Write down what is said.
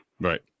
Right